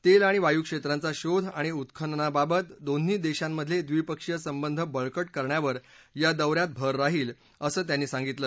तेल आणि वायू क्षेत्रांचा शोध आणि उत्खननाबाबत दोन्ही देशांमधले ड्रीपक्षीय संबंध बळकट करण्यावर या दौ यात भर राहील असं त्यांनी सांगितलं